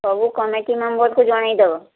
ସବୁ କମିଟି ମେମ୍ବର୍କୁ ଜଣାଇ ଦେବ